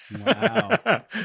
Wow